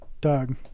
Doug